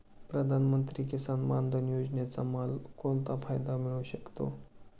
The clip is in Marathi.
प्रधानमंत्री किसान मान धन योजनेचा मला कोणता फायदा मिळू शकतो?